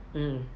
mm